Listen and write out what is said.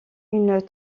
une